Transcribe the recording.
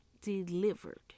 delivered